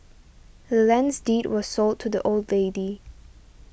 the land's deed was sold to the old lady